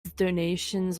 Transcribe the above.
donations